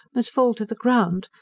must fall to the ground,